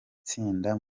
tsinda